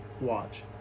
Watch